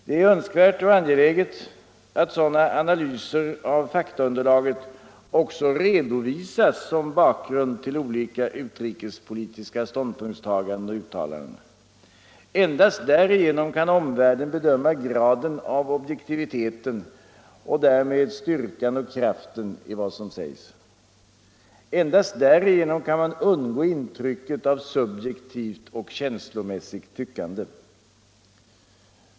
Det är önskvärt och angeläget att sådana analyser av faktaunderlaget också redovisas som bakgrund till olika utrikespolitiska ståndpunktstaganden och uttalanden. Endast därigenom kan omvärlden bedöma graden av objektivitet och därmed styrkan och kraften i vad som sägs. Endast därigenom kan man undgå intrycket av subjektivt och känslomässigt tyckande.